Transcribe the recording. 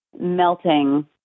melting